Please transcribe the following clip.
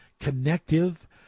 connective